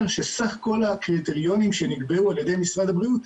שסך כל הקריטריונים שנקבעו על ידי משרד הבריאות,